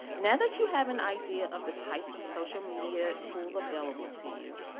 now that you have an idea of the types of social media tools available to you,